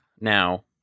now